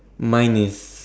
mine is